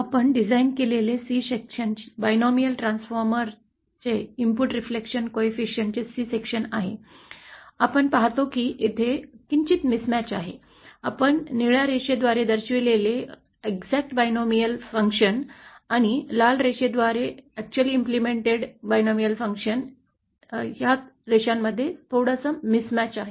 आपण डिझाइन केलेले 3 सेक्शन द्विपदी ट्रान्सफॉर्मर येथे इनपुट रिफ्लेक्सन गुणांक आहे आपण पाहतो की तेथे एक किंचित मिस मॅच आहे आपण निळ्या रेषाद्वारे दर्शविलेले अचूक द्विपक्षीय फंक्शन आणि आपण प्रत्यक्षात अंमलात आणलेल्या या लाल रेषाच्या रेषांमधील थोडीशी मिस मॅच आहे